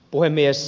puhemies